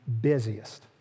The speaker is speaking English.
busiest